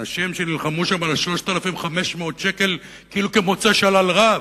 אנשים שנלחמו שם על 3,500 שקל כמוצאים שלל רב,